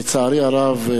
לצערי הרב,